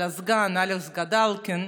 על הסגן אלכס גדלקין,